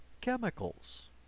chemicals